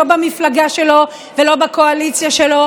לא במפלגה שלו ולא בקואליציה שלו,